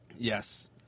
Yes